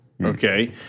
okay